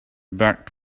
back